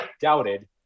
doubted